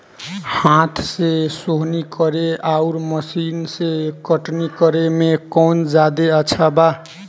हाथ से सोहनी करे आउर मशीन से कटनी करे मे कौन जादे अच्छा बा?